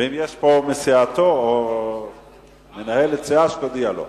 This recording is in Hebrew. אם יש פה מסיעתו או מנהלת סיעה, שתודיע לו.